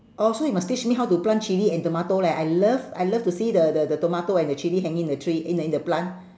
orh so you must teach me how to plant chilli and tomato leh I love I love to see the the the tomato and the chilli hanging in the tree in the in the plant